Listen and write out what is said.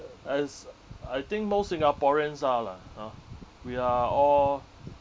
as I think most singaporeans are lah ha we are all